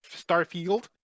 Starfield